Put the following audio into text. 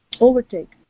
Overtake